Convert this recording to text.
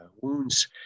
Wounds